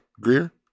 Greer